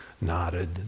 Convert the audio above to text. nodded